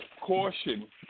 caution